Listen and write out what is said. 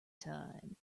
time